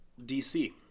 DC